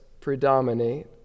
predominate